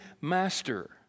master